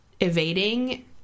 evading